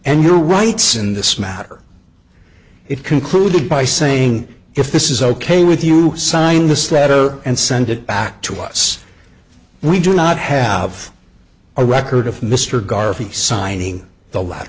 and your rights in this matter it concluded by saying if this is ok with you sign this letter and send it back to us we do not have a record of mr garvey signing the la